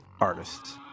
artists